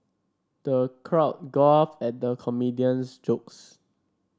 the crowd guffawed at the comedian's jokes